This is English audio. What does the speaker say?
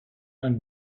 and